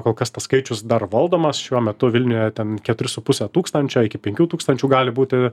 kol kas tas skaičius dar valdomas šiuo metu vilniuje ten keturi su puse tūkstančio iki penkių tūkstančių gali būti